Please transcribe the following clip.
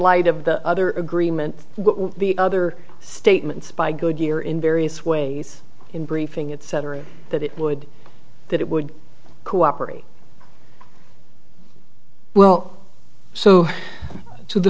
light of the other agreements the other statements by good year in various ways in briefing etc that it would that it would cooperate well so to the